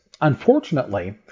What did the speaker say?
unfortunately